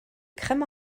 crème